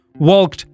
Walked